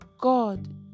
God